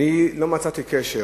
אני לא מצאתי קשר